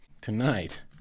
Tonight